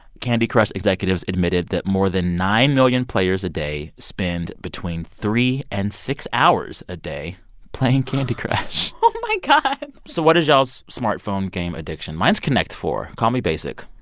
candy crush executives admitted that more than nine million players a day spend between three and six hours a day playing candy crush oh, my god so what is y'all's smartphone game addiction? mine's connect four. call me basic.